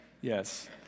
yes